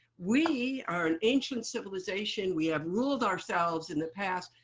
we are an ancient civilization. we have ruled ourselves in the past.